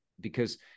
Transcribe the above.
because-